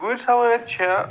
گُرۍ سوٲرۍ چھےٚ